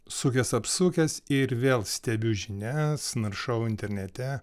sukęs apsukęs ir vėl stebiu žinias naršau internete